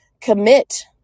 commit